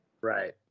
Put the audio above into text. right